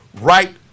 Right